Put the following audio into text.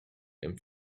and